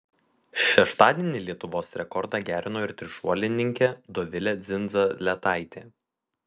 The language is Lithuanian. šeštadienį lietuvos rekordą gerino ir trišuolininkė dovilė dzindzaletaitė